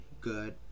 Good